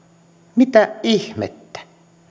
mitä ihmettä